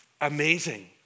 Amazing